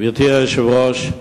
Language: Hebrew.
גברתי היושבת-ראש,